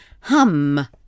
Hum